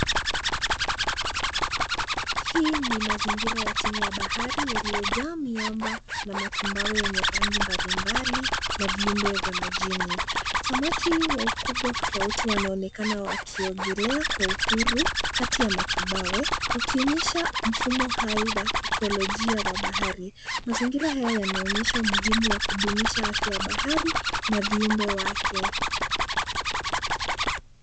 Hii ni mazingira ya chini ya bahari, yaliyojaa miaba, na matumbawe yenye rangi mbalimbali, na viumbe wa majini. Samaki wa ukubwa tofauti wanaonekana wajiogelea, kwa uhuru, kati ya matumbawe, walionyesha mfumo hai wa ekolojia wa bahari. Mazingira haya yanaonyesha umuhimu wa kudumisha afya ya bahari, na viumbe vyake.